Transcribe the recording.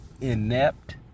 inept